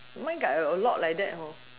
mine got a lot like that